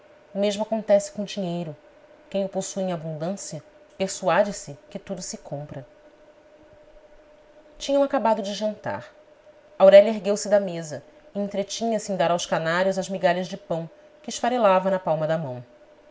mesmo acontece com o dinheiro quem o possui em abundância persuade se que tudo se compra tinham acabado de jantar aurélia ergueu-se da mesa e entretinha-se em dar aos canários as migalhas de pão que esfarelava na palma da mão